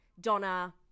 Donna